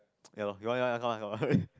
ya loh you want